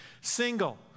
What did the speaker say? Single